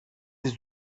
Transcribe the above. τις